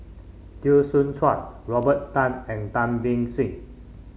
Teo Soon Chuan Robert Tan and Tan Beng Swee